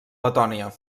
letònia